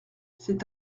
c’est